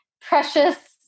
precious